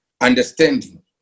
understanding